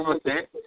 ನಮಸ್ತೆ